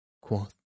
quoth